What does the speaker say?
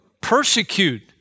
persecute